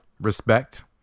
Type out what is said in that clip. Respect